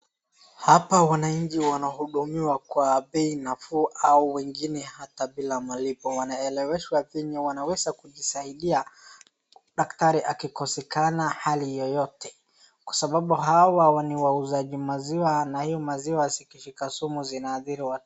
Hapa wananchi wanahudumiwa kwa bei nafuu au wengine ata bila malipo. Wanaeleweshwa venye wanaweza kujisaidia daktari akikosekana hali yoyote. Kwa sababu hawa ni wauzaji maziwa na hii maziwa zikishika sumu zinahathiri watu.